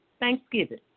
Thanksgiving